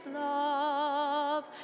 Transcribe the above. love